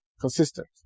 consistent